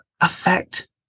affect